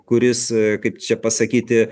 kuris kaip čia pasakyti